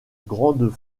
grandes